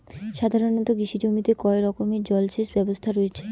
সাধারণত কৃষি জমিতে কয় রকমের জল সেচ ব্যবস্থা রয়েছে?